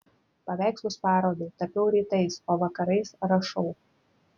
paveikslus parodai tapiau rytais o vakarais rašau